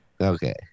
Okay